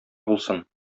булсын